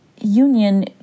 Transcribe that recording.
union